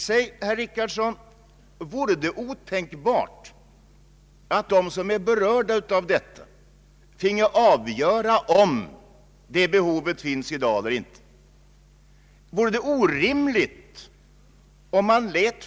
Säg, herr Richardson, vore det otänkbart att de som är berörda finge avgöra om det behovet finns i dag eller inte?